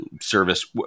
service